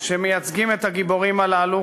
שמייצגים את הגיבורים הללו,